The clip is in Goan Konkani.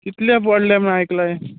कितलें पडले म्हूण आयकले